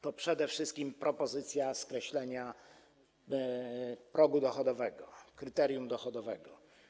To przede wszystkim propozycja skreślenia progu dochodowego, kryterium dochodowego.